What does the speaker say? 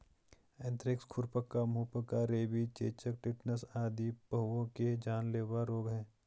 anthrax, खुरपका, मुहपका, rabies, चेचक, टेटनस आदि पहुओं के जानलेवा रोग हैं